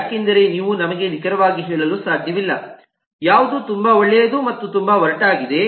ಯಾಕೆಂದರೆ ನೀವು ನಮಗೆ ನಿಖರವಾಗಿ ಹೇಳಲು ಸಾಧ್ಯವಿಲ್ಲ ಯಾವುದು ತುಂಬಾ ಒಳ್ಳೆಯದು ಮತ್ತು ತುಂಬಾ ಒರಟಾಗಿದೆ